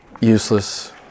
useless